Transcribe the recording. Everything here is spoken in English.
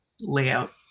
layout